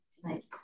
tonight